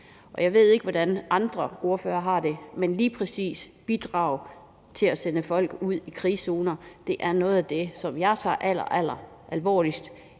Jeg ved ikke, hvordan andre ordførere har det, men lige præcis bidragene til at sende folk ud i krigszoner er noget af det, som jeg tager allerallermest alvorligt her